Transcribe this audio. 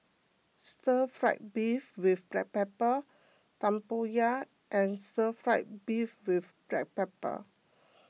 Stir Fried Beef with Black Pepper Tempoyak and Stir Fried Beef with Black Pepper